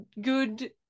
good